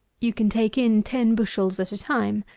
you can take in ten bushels at a time.